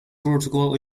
protocol